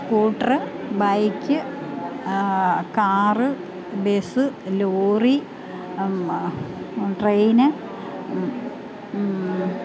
scooter bike car bus lorry train